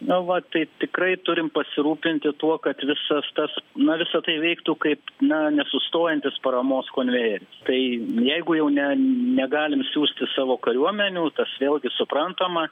na va tai tikrai turim pasirūpinti tuo kad visas tas na visa tai veiktų kaip na nesustojantis paramos konvejeris tai jeigu jau ne negalim siųsti savo kariuomenių tas vėlgi suprantama